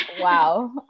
Wow